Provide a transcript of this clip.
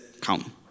Come